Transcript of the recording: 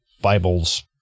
Bibles